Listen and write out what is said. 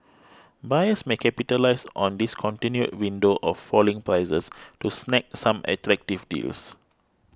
buyers may capitalise on this continued window of falling prices to snag some attractive deals